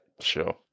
Sure